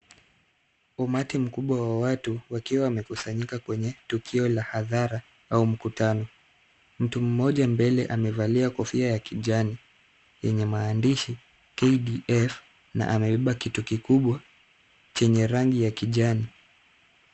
Umati mkubwa wa watu wakiwa wamekusanyika kwenye tukio la hadhara au mkutano. Mtu mmoja mbele amevalia kofia ya kijani yenye maandishi, KDF na amebeba kitu kikubwa chenye rangi ya kijani.